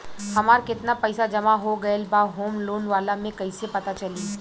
हमार केतना पईसा जमा हो गएल बा होम लोन वाला मे कइसे पता चली?